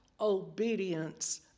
obedience